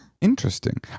Interesting